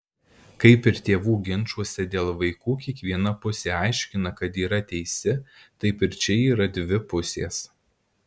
kaip ir tėvų ginčuose dėl vaikų kiekviena pusė aiškina kad yra teisi taip ir čia yra dvi pusės